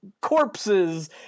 corpses